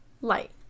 light